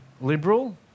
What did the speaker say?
liberal